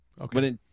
Okay